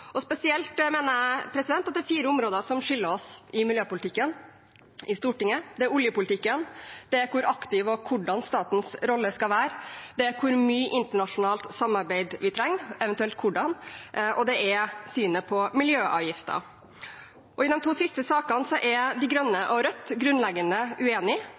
det spesielt er fire områder som skiller oss i miljøpolitikken i Stortinget: Det er oljepolitikken, det er hvor aktiv og hvordan statens rolle skal være, det er hvor mye internasjonalt samarbeid vi trenger, eventuelt hvordan, og det er synet på miljøavgifter. I de to siste sakene er De Grønne og Rødt grunnleggende